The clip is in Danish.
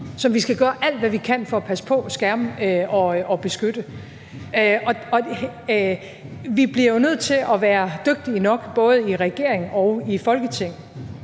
som vi skal gøre alt, hvad vi kan, for at passe på, skærme og beskytte. Vi bliver jo nødt til at være dygtige nok, både i regering og Folketing,